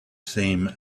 same